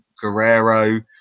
Guerrero